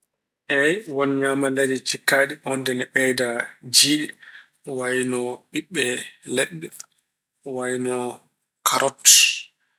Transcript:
Eey, won ñaamaleeje cikkaaɗe ine ɓeyda jiyɗe wayno ɓiɓɓe leɗɗe, ko wayno karot.